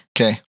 Okay